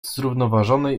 zrównoważony